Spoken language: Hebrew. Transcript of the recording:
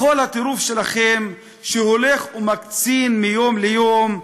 מחול הטירוף שלכם, שהולך ומקצין מיום ליום,